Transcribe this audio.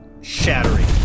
shattering